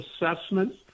assessment